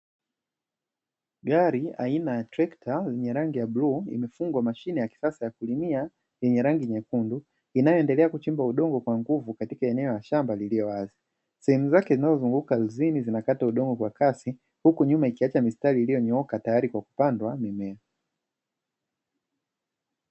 Gari aina ya trekta lenye rangi ya bluu imefungwa mashine ya kisasa ya kulimia yenye rangi nyekundu, inayoendelea kuchimba udongo kwa nguvu katika eneo la shamba lililo wazi. Sehemu zake zinazozunguka ardhini zinakata udongo kwa kasi huku nyuma ikiacha mistari iliyonyooka tayari kwa kupandwa mimea.